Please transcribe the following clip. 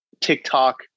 TikTok